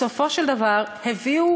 בסופו של דבר, הביאו